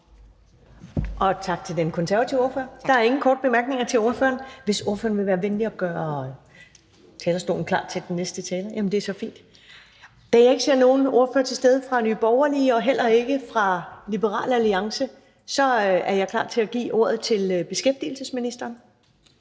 Tak til den konservative ordfører. Der er ingen korte bemærkninger til ordføreren. Vil ordføreren være venlig at gøre talerstolen klar til den næste taler? Tak. Da jeg ikke ser nogen ordfører fra Nye Borgerlige og heller ikke fra Liberal Alliance, er jeg klar til at give ordet til beskæftigelsesministeren.